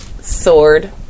sword